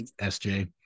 SJ